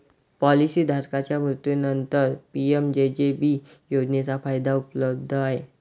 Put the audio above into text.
policy धारकाच्या मृत्यूनंतरच PMJJB योजनेचा फायदा उपलब्ध आहे